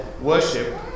worship